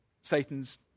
Satan's